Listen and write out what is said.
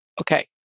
Okay